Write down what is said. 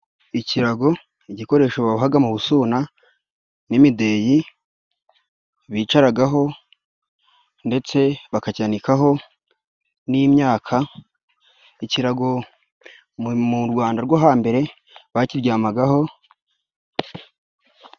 Ikirago igikoresho babohaga mu busuna n'imideyi, bicaragaho ndetse bakacyanikaho n'imyaka ikirago mu Rwanda rwo hambere bakiryamagaho.